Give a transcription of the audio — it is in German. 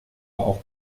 auch